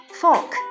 fork